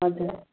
हजुर